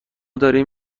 داریم